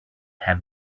have